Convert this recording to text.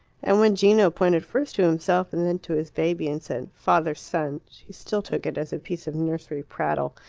and when gino pointed first to himself and then to his baby and said father-son, she still took it as a piece of nursery prattle,